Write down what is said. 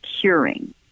curing